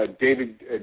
David